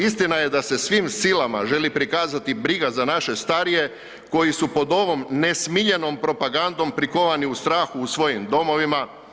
Istina je da se svim silama želi prikazati briga za naše starije koji su pod ovom nesmiljenom propagandom prikovani u strahu u svojim domovima.